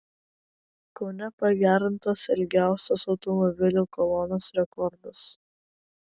kaune pagerintas ilgiausios automobilių kolonos rekordas